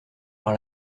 par